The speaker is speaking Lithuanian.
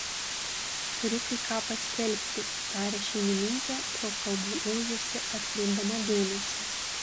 turiu kai ką paskelbti tarė šeimininkė pro kalbų ūžesį atkreipdama dėmesį